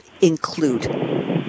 include